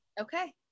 Okay